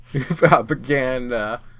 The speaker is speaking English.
Propaganda